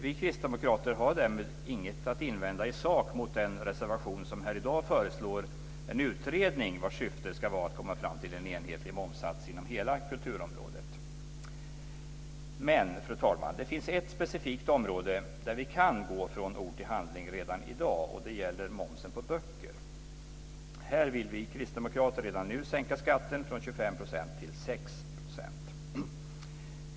Vi kristdemokrater har därmed inget att invända i sak mot den reservation där det i dag föreslås en utredning vars syfte ska vara att komma fram till en enhetlig momssats inom hela kulturområdet. Fru talman! Det finns ett specifikt område där vi kan gå från ord till handling redan i dag. Det gäller momsen på böcker. Här vill vi kristdemokrater redan nu sänka skatten från 25 % till 6 %.